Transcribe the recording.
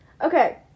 Okay